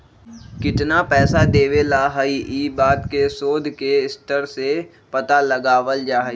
कितना पैसा देवे ला हई ई बात के शोद के स्तर से पता लगावल जा हई